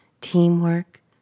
teamwork